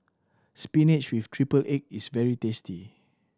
spinach with triple egg is very tasty